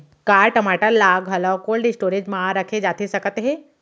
का टमाटर ला घलव कोल्ड स्टोरेज मा रखे जाथे सकत हे?